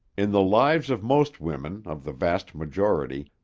in the lives of most women, of the vast majority,